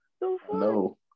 No